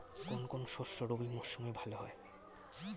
কোন কোন শস্য রবি মরশুমে ভালো হয়?